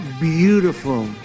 beautiful